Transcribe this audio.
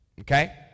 Okay